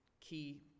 key